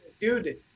dude